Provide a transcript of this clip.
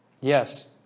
Yes